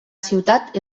ciutat